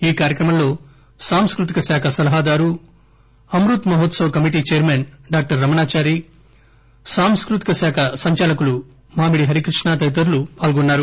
ఈ కార్యక్రమంలో సాంస్కృతిక శాఖ సలహాదారు Amrit Mahotsav committee chairman doctor Ramanachari సాంస్కృతిక శాఖ సంచాలకులు మామిడి హరికృష్ణ తదతరులు పాల్గొన్నారు